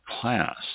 class